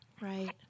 Right